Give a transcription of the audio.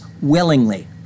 willingly